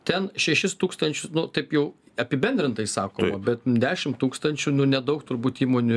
ten šešis tūkstančius nu taip jau apibendrintai sako bet dešim tūkstančių nu nedaug turbūt įmonių